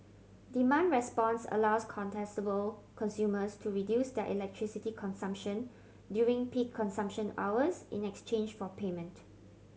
demand response allows contestable consumers to reduce their electricity consumption during peak consumption hours in exchange for payment